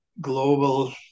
global